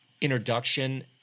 introduction